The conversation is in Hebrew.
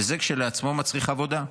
וזה כשלעצמו מצריך עבודה.